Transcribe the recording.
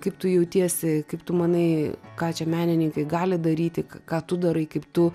kaip tu jautiesi kaip tu manai ką čia menininkai gali daryti ką tu darai kaip tu